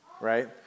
right